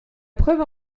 preuve